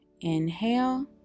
inhale